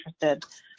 interested